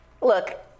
Look